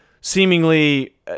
seemingly